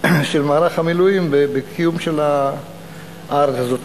של מערך המילואים בקיום של הארץ הזאת.